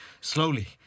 slowly